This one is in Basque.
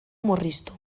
murriztu